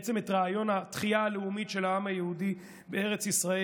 ובעצם את רעיון התחייה הלאומית של העם היהודי בארץ ישראל,